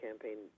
campaign